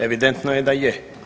Evidentno je da je.